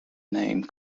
name